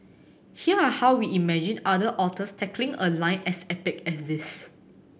here are how we imagined other authors tackling a line as epic as this